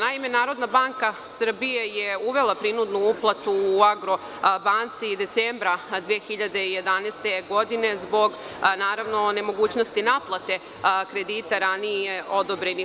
Naime, Narodna banka Srbije je uvela prinudnu uplatu u „Agrobanci“ decembra 2011. godine zbog nemogućnosti naplate kredita ranije odobrenih.